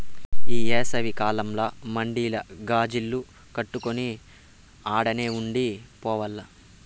ఈ ఏసవి కాలంల మడిల గాజిల్లు కట్టుకొని ఆడనే ఉండి పోవాల్ల